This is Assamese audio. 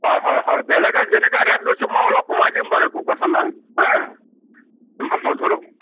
হয় হয় হয় বেলেগে যেনেকৈ ৰেট লৈছে মই অলপ কমাই দিম বাৰু একো কথা নাই হা মই নধৰোঁ